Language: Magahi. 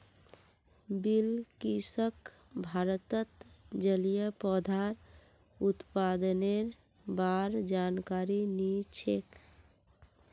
बिलकिसक भारतत जलिय पौधार उत्पादनेर बा र जानकारी नी छेक